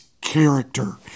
character